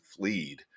fleed